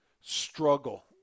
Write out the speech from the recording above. struggle